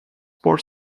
wall